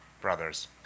brothers